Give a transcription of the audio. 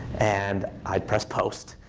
and i pressed post.